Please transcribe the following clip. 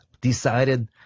decided